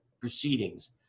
proceedings